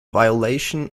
violation